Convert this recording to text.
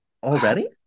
already